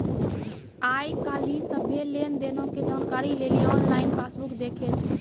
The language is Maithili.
आइ काल्हि सभ्भे लेन देनो के जानकारी लेली आनलाइन पासबुक देखै छै